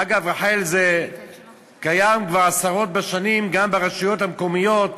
אגב, רח"ל קיים עשרות בשנים, גם ברשויות המקומיות,